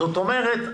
זאת אומרת,